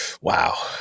Wow